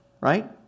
right